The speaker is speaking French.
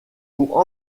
pour